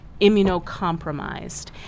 immunocompromised